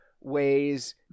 ways